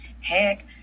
heck